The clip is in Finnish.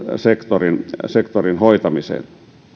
sektorin sektorin hoitamiseen